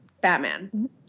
Batman